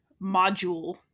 module